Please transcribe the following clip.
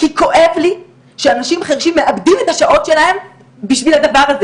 כי כואב לי שאנשים חרשים מאבדים את השעות שלהם בשביל הדבר הזה.